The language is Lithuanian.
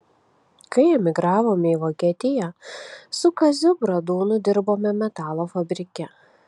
kai emigravome į vokietiją su kaziu bradūnu dirbome metalo fabrike